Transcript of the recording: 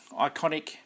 iconic